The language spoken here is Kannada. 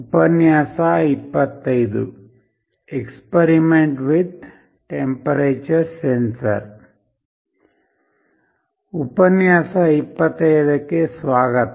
ಉಪನ್ಯಾಸ 25ಕ್ಕೆ ಸ್ವಾಗತ